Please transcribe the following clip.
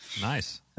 nice